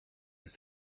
and